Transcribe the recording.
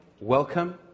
welcome